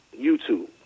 YouTube